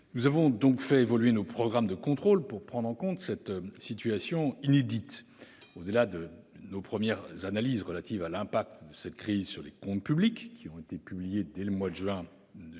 Nous avons donc fait évoluer nos programmes de contrôles, pour prendre en compte cette situation inédite. Au-delà de nos premières analyses relatives à l'impact de cette crise sur les comptes publics, qui ont été publiées dès le mois de juin